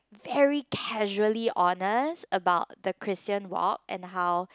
very casually honest about the Christian work and how